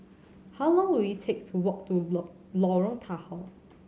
how long will it take to walk to Lorong Tahar